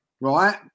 right